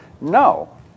no